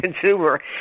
consumer